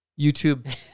YouTube